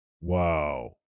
Wow